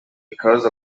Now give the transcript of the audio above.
because